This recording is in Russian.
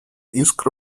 искра